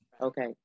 Okay